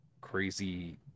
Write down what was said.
crazy